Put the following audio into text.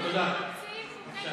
אתם מפחדים לכן אתם ממציאים חוקי